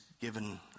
given